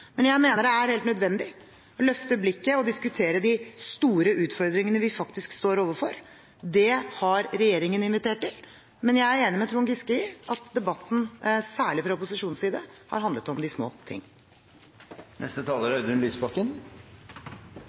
Men jeg mener det er helt nødvendig å løfte blikket og diskutere de store utfordringene vi faktisk står overfor. Det har regjeringen invitert til. Men jeg er enig med Trond Giske i at debatten – særlig fra opposisjonens side – har handlet om de små ting.